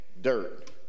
dirt